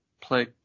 play